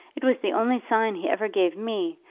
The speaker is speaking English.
it was the only sign he ever gave me,